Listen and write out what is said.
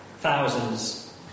thousands